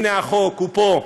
הנה החוק, הוא פה.